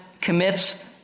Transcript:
commits